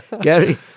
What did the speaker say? Gary